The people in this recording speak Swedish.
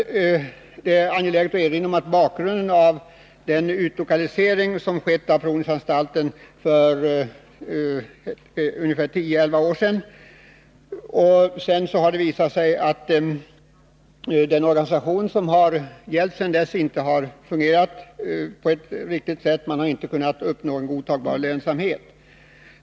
Det är angeläget att erinra om den utlokalisering av provningsanstalten som skedde för tio eller elva år sedan. Det har visat sig att den organisation som gällt sedan dess inte har fungerat på ett tillfredsställande sätt; man har inte kunnat uppnå en godtagbar lönsamhet.